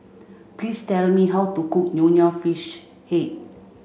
please tell me how to cook Nonya Fish Head